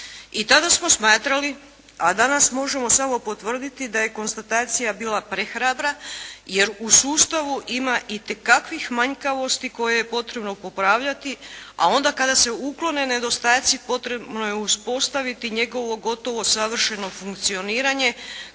I tada smo smatrali, a danas možemo samo potvrditi da je konstatacija bila prehrabra jer u sustavu ima itekakvih manjkavosti koje je potrebno popravljati, a onda kada se uklone nedostaci potrebno je uspostaviti njegovo gotovo savršeno funkcioniranje